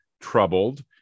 troubled